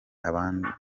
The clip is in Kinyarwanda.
abana